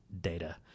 data